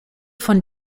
von